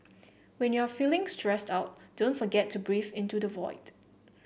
when you are feeling stressed out don't forget to breathe into the void